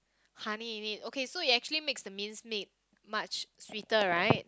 honey in it okay so it actually makes the mince meat much sweeter right